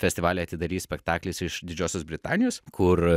festivalį atidarys spektaklis iš didžiosios britanijos kur